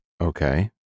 Okay